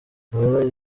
noella